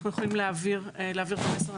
ואנחנו יכולים להעביר את המסר.